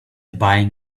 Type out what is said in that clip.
buying